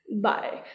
Bye